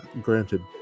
granted